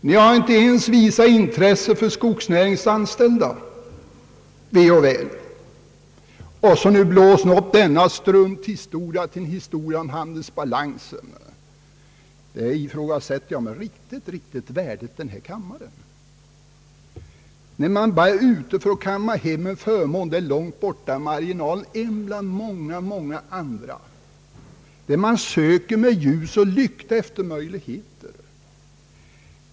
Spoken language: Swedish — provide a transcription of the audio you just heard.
Ni har inte ens visat något intresse för de anställdas väl och ve inom skogsnäringen. Och nu blåser ni upp denna strunthistoria till en fråga om vår handelsbalans. Jag ifrågasätter om det är riktigt värdigt denna kammare, när man bara är ute för att kamma hem en förmån långt ute i marginalen — en bland många, många andra där man söker med ljus och lykta efter möjligheter.